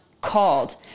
called